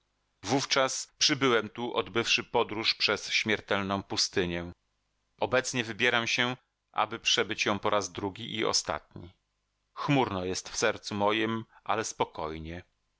wówczas przybyłem tu odbywszy podróż przez śmiertelną pustynię obecnie wybieram się aby przebyć ją po raz drugi i ostatni chmurno jest w sercu mojem ale spokojnie